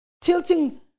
Tilting